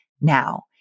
now